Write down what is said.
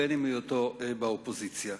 אם בהיותו באופוזיציה.